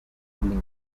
blimp